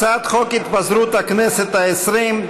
הצעת חוק התפזרות הכנסת העשרים,